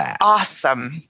Awesome